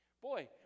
Boy